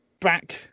back